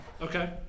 Okay